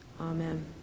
Amen